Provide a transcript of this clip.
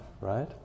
right